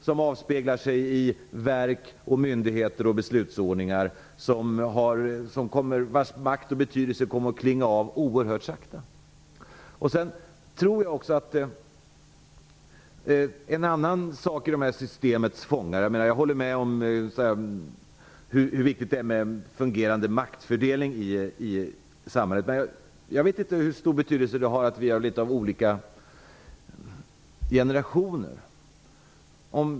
Det avspeglar sig i verk, myndigheter och beslutsordningar, vars makt och betydelse kommer att klinga av oerhört sakta. Jag vill också ta upp en annan sak om detta med systemets fångar. Jag håller med om att det är viktigt med en fungerande maktfördelning i samhället, men jag vet inte hur stor betydelse det har att vi tillhör olika generationer.